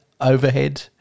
overhead